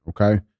Okay